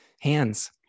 hands